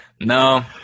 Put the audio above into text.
no